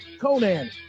Conan